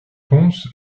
pons